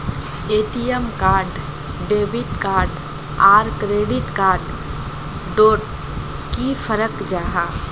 ATM card debit card आर credit card डोट की फरक जाहा?